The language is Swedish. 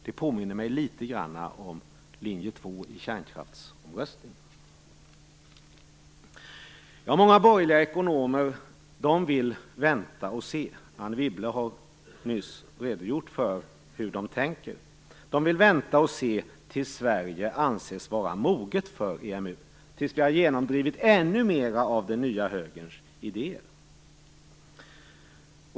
Det påminner mig litet grand om linje 2 i kärnkraftsomröstningen. Många borgerliga ekonomer vill vänta och se - Anne Wibble har nyss redogjort för hur de tänker - tills Sverige anses vara moget för EMU, tills vi har genomdrivit ännu mera av den nya högerns idéer.